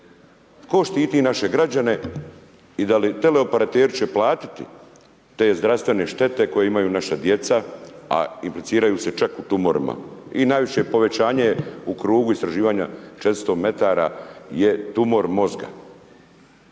tko štiti naše građane i da li tele operateri će platiti te zdravstvene štete koje imaju naša djeca, a impliciraju se čak u tumorima i najveće povećanje u krugu istraživanja 400 metara je tumor mozga.